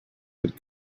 had